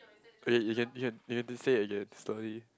okay you can you can you can say it again slowly